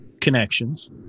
connections